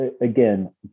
Again